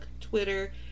Twitter